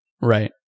right